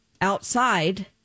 outside